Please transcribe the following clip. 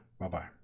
Bye-bye